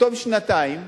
בתום שנתיים,